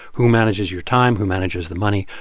who manages your time, who manages the money,